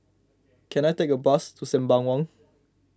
can I take a bus to Sembawang